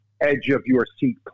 edge-of-your-seat